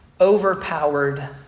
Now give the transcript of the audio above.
overpowered